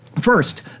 First